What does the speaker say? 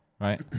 right